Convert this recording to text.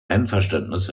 einverständnis